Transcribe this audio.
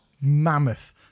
mammoth